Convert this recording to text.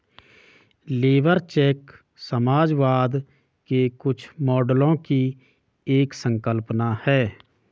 labour check समाजवाद के कुछ मॉडलों की एक संकल्पना है